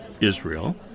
Israel